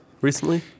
recently